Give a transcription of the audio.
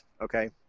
Okay